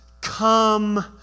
come